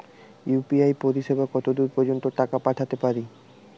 UPI পরিসেবা কতদূর পর্জন্ত টাকা পাঠাতে পারি?